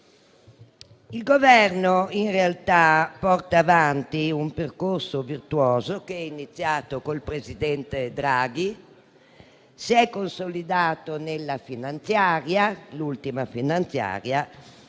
Il Governo, in realtà, porta avanti un percorso virtuoso che è iniziato col presidente Draghi, si è consolidato nella ultima finanziaria